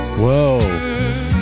Whoa